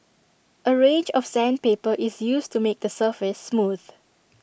A range of sandpaper is used to make the surface smooth